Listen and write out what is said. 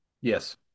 Yes